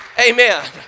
amen